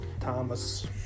thomas